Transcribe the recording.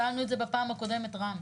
שאלנו את זה בפעם הקודמת, רם.